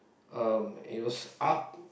um it was up